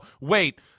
wait